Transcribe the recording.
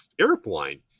airplane